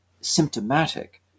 symptomatic